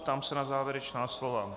Ptám se na závěrečná slova?